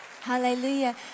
Hallelujah